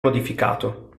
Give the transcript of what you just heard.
modificato